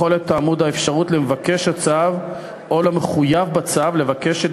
בכל עת תעמוד האפשרות למבקש הצו או למחויב בצו לבקש את